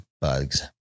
bugs